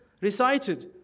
recited